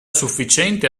sufficiente